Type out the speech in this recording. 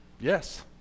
Yes